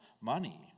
money